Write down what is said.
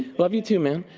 love you too, man.